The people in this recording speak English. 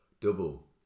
double